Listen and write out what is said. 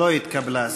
לא התקבלה.